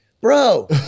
bro